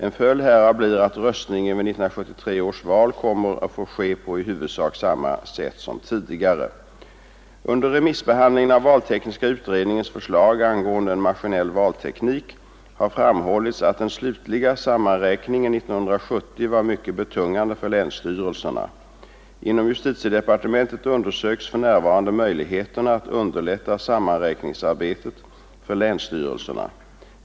En följd härav blir att röstningen vid 1973 års val kommer att få ske på i huvudsak samma sätt som tidigare. Under remissbehandlingen av valtekniska utredningens förslag angående en maskinell valteknik har framhållits att den slutliga sammanräkningen 1970 var mycket betungande för länsstyrelserna. Inom justitiedepartementet undersöks för närvarande möjligheterna att underlätta sammanräkningsarbetet för länsstyrelserna.